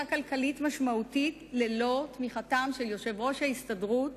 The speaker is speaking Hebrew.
כלכלית משמעותית ללא תמיכתם של יושב-ראש ההסתדרות